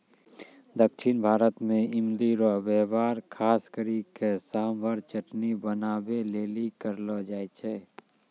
दक्षिण भारत मे इमली रो वेहवार खास करी के सांभर चटनी बनाबै लेली करलो जाय छै